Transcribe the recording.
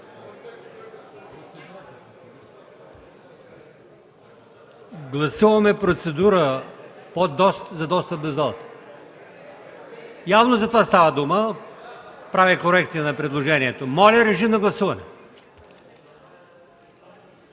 Гласуваме процедура за достъп до залата – явно за това става дума. Правя корекция на предложението. Моля, режим на гласуване.